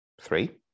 Three